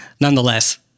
Nonetheless